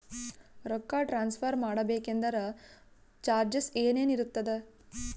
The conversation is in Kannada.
ರೊಕ್ಕ ಟ್ರಾನ್ಸ್ಫರ್ ಮಾಡಬೇಕೆಂದರೆ ಚಾರ್ಜಸ್ ಏನೇನಿರುತ್ತದೆ?